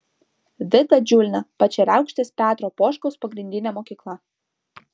vita džiulna pačeriaukštės petro poškaus pagrindinė mokykla